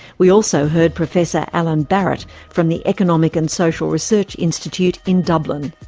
we also heard professor alan barrett, from the economic and social research institute in dublin.